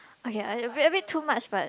okay a bit a bit too much but